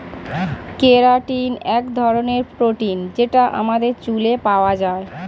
keratin এক ধরনের protein যেটা আমাদের চুলে পাওয়া যায়